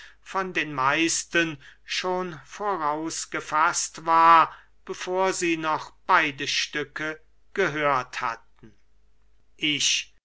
von den meisten schon voraus gefaßt war bevor sie noch beide stücke gehört hatten ich